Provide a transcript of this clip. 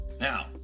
Now